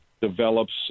develops